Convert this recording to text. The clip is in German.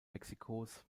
mexikos